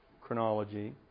chronology